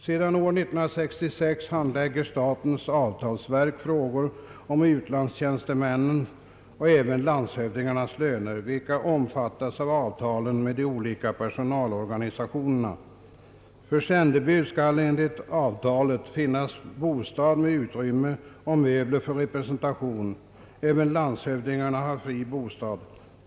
Sedan år 1966 handlägger statens avtalsverk frågor om utlandstjänstemännens och även landshövdingarnas löner, vilka omfattas av avtalen med de olika personalorganisationerna. För sändebud skall enligt avtalet finnas bostad med utrymme och möbler för representation. Även landshövdingarna har fri bostad.